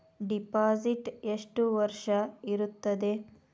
Deposit ಎಷ್ಟು ವರ್ಷ ಇರುತ್ತದೆ?